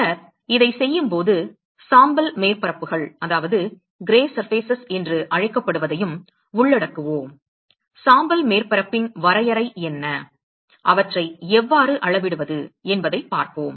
பின்னர் இதைச் செய்யும்போது சாம்பல் மேற்பரப்புகள் என்று அழைக்கப்படுவதையும் உள்ளடக்குவோம் சாம்பல் மேற்பரப்பின் வரையறை என்ன அவற்றை எவ்வாறு அளவிடுவது என்பதைப் பார்ப்போம்